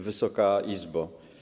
Wysoka Izbo!